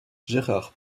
gerhard